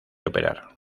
operar